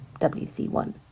WC1